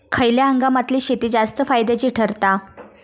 खयल्या हंगामातली शेती जास्त फायद्याची ठरता?